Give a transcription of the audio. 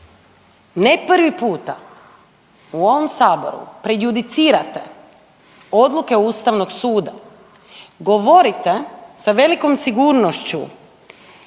ne prvi puta u ovom Saboru prejudicirate odluke Ustavnog suda, govorite sa velikom sigurnošću